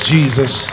Jesus